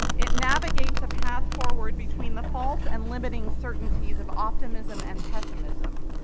it navigates a path forward between the false and limiting certainties of optimism and pessimism,